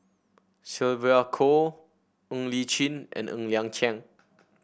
Sylvia Kho Ng Li Chin and Ng Liang Chiang